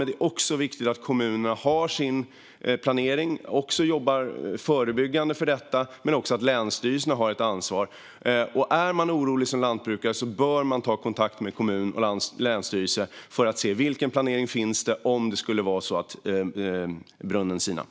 Det är viktigt att kommunerna har sin planering och också jobbar förebyggande med detta, men också länsstyrelserna har sitt ansvar. Är man orolig som lantbrukare bör man ta kontakt med kommun och länsstyrelse för att se vilken planering det finns om det skulle vara så att brunnen sinar.